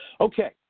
Okay